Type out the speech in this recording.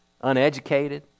Uneducated